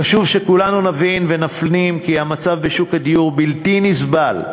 חשוב שכולנו נבין ונפנים כי המצב בשוק הדיור בלתי נסבל,